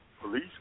police